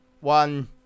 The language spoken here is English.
one